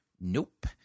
Nope